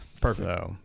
Perfect